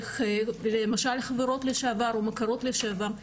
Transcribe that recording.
למשל חברות לשעבר או מכרות לשעבר,